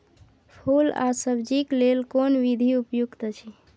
फूल आ सब्जीक लेल कोन विधी उपयुक्त अछि?